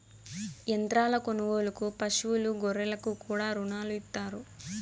యంత్రాల కొనుగోలుకు పశువులు గొర్రెలకు కూడా రుణాలు ఇత్తారు